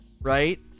right